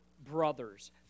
brothers